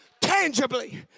tangibly